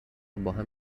باهم